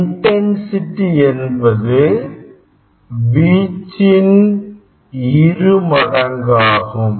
intensity என்பது வீச்சின் இரு மடங்காகும்